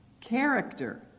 character